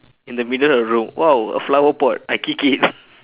in the middle of the road !wow! a flower pot I kick it